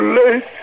late